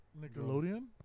Nickelodeon